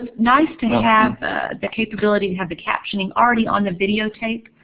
ah nice to have the capability to have the captioning already on the videotape,